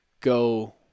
go